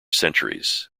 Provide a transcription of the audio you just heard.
centuries